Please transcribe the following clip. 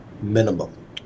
minimum